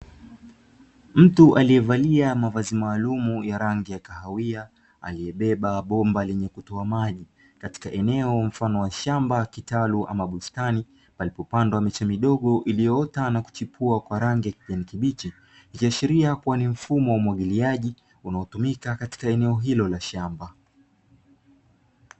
Mtu aliyevalia mavazi maalumu ya rangi kahawia aliyebeba bomba lenye kutoa maji katika eneo mfano wa shamba kitalu ama bustani, palipopandwa miche midogo iliyoota na kuchipua kwa rangi ya kijani kibichi. Ikiashiria kuwa ni mfumo wa umwagiliaji unaotumika katika eneo hilo la shamba.